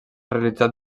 realitzat